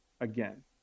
again